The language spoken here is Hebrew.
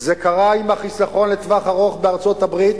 זה קרה עם החיסכון לטווח ארוך בארצות-הברית,